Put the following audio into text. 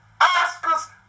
Oscars